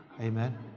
Amen